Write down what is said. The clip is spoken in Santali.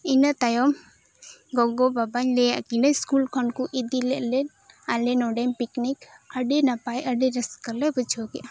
ᱤᱱᱟᱹ ᱛᱟᱭᱚᱢ ᱜᱚᱜᱚ ᱵᱟᱵᱟᱧ ᱞᱟᱹᱭ ᱟᱫ ᱠᱤᱱᱟ ᱥᱠᱩᱞ ᱠᱷᱚᱱ ᱠᱚ ᱤᱫᱤ ᱞᱮᱫ ᱞᱮ ᱟᱞᱮ ᱱᱚᱸᱰᱮᱱ ᱯᱤᱠᱱᱤᱠ ᱟᱹᱰᱤ ᱱᱟᱯᱟᱭ ᱟᱹᱰᱤ ᱨᱟᱹᱥᱠᱟᱹ ᱞᱮ ᱵᱩᱡᱷᱟᱹᱣ ᱠᱮᱫᱼᱟ